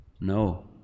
No